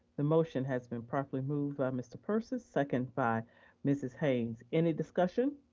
the motion has been properly moved by mr. persis, second by mrs. haynes. any discussion?